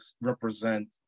represent